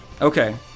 Okay